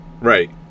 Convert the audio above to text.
right